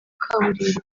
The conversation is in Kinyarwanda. kaburimbo